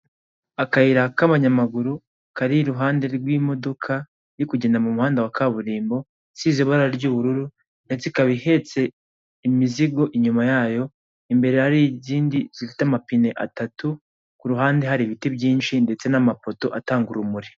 Akayira k'abanyamaguru, Kari iruhande rw'imodoka iri kugenda mu muhanda wa kaburimbo, isize ibara ry'ubururu, ndetse ikaba ihetse imizigo inyuma yayo, imbere hari izindi zifite amapine atatu, kuruhande hari ibiti byinshi ndetse n'amamoto atanga urumuri.